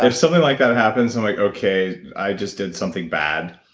if something like that happens i'm like, okay, i just did something bad,